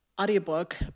audiobook